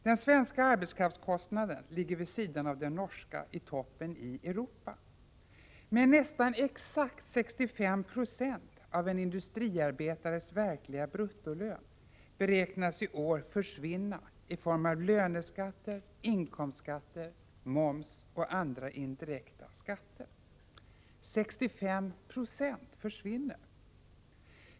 Den svenska arbetskraftskostnaden ligger vid sidan av den norska i toppen i Europa. Men nästan exakt 65 26 av en industriarbetares verkliga bruttolön beräknas i år försvinna i form av löneskatter, inkomstskatter, moms och andra indirekta skatter.